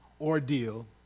ordeal